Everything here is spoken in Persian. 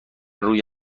روی